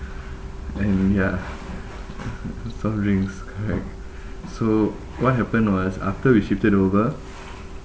and ya soft drinks right so what happened was after we shifted over